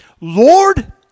Lord